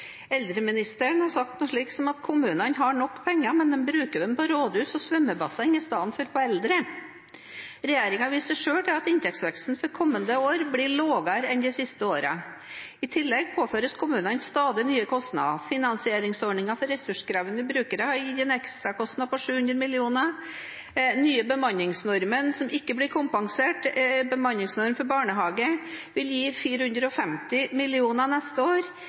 Eldreministeren har sagt noe slikt som at kommunene har nok penger, men de bruker dem på rådhus og svømmebasseng i stedet for på eldre. Regjeringen viser selv til at inntektsveksten for kommende år blir lavere enn i de siste årene. I tillegg påføres kommunene stadig nye kostnader. Finansieringsordningen for ressurskrevende brukere har gitt en ekstrakostnad på 700 mill. kr, og den nye bemanningsnormen for barnehage – som ikke blir kompensert – vil utgjøre 450 mill. kr neste år.